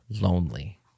lonely